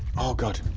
oh god